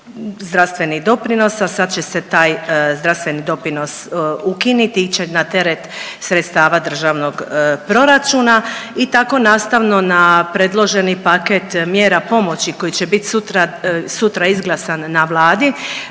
zdravstveni doprinos, a sad će se taj zdravstveni doprinos ukinit i ići će na teret sredstava Državnog proračuna. I tako nastavno na predloženi paket mjera pomoći koji će biti sutra, sutra izglasan na Vladi